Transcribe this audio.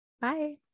Bye